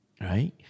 Right